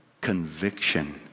conviction